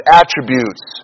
attributes